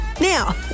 Now